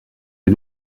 est